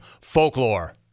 folklore